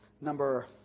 number